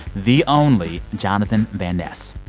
the only jonathan van ness.